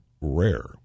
rare